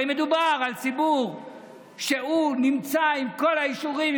הרי מדובר על ציבור שנמצא עם כל האישורים,